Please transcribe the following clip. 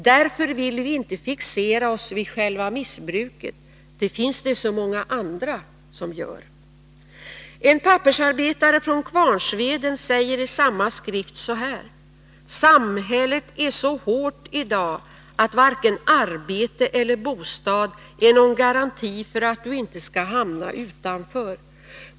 Därför vill vi inte fixera oss vid själva missbruket, det finns det så många andra som gör.” En pappersarbetare från Kvarnsveden säger i samma skrift: ”Samhället är så hårt idag att varken arbete eller bostad är någon garanti för att du inte ska hamna utanför.